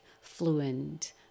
fluent